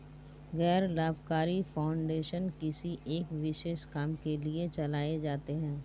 गैर लाभकारी फाउंडेशन किसी एक विशेष काम के लिए चलाए जाते हैं